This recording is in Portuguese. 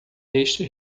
este